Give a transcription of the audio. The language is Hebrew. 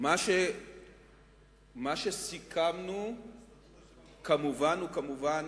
מה שסיכמנו כמובן וכמובן